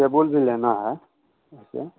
table भी लेना है ऐसे